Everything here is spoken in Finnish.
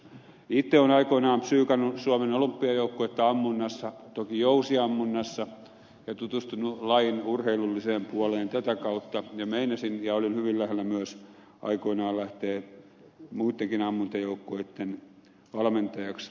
itse olen aikoinani psyykannut suomen olympiajoukkuetta ammunnassa toki jousiammunnassa ja tutustunut lajin urheilulliseen puoleen tätä kautta ja olin hyvin lähellä myös aikoinani lähteä muittenkin ammuntajoukkueitten valmentajaksi